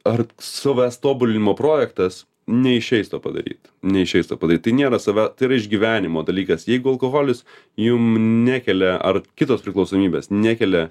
ar savęs tobulinimo projektas neišeis to padaryt neišeis to padaryt tai nėra save tai yra išgyvenimo dalykas jeigu alkoholis jum nekelia ar kitos priklausomybės nekelia